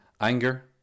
Anger